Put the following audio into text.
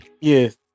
yes